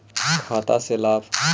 खाता से लाभ?